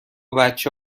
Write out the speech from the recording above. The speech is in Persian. بچه